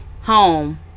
home